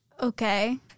okay